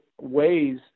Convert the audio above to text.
ways